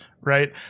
right